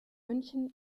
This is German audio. münchen